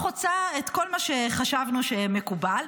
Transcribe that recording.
חוצה את כל מה שחשבנו שמקובל.